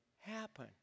happen